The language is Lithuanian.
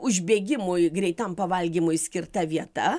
užbėgimui greitam pavalgymui skirta vieta